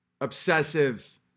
Obsessive